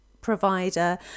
provider